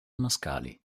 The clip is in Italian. mascali